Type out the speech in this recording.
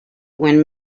when